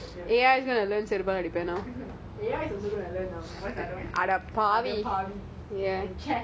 ya he's gonna learn செருப்பால அடிப்பான் நான் அடப்பாவி:seripala adipan naan adapaavi